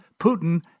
Putin